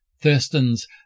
Thurston's